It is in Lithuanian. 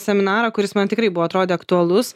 seminarą kuris man tikrai buvo atrodė aktualus